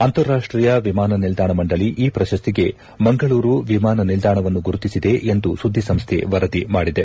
ಅಂತಾರಾಷ್ಟೀಯ ವಿಮಾನ ನಿಲ್ದಾಣ ಮಂಡಳಿ ಈ ಪ್ರಶಸ್ತಿಗೆ ಮಂಗಳೂರು ವಿಮಾನ ನಿಲ್ದಾಣವನ್ನು ಗುರುತಿಸಿದೆ ಎಂದು ಸುದ್ದಿಸಂಸ್ಟೆ ವರದಿ ಮಾಡಿದೆ